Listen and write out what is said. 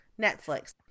Netflix